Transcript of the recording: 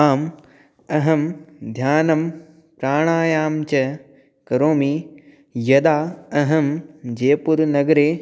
आम् अहं ध्यानं प्राणायामञ्च करोमि यदा अहं जयपुर्नगरे